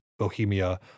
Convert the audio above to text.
bohemia